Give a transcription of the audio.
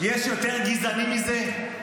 יש יותר גזעני מזה?